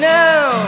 now